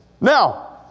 Now